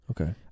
okay